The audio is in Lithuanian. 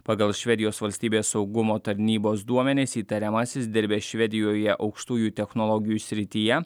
pagal švedijos valstybės saugumo tarnybos duomenis įtariamasis dirbęs švedijoje aukštųjų technologijų srityje